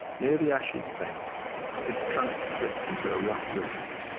near the ash's base its trunk splits into a rough rift,